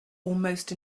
almost